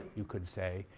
you could say,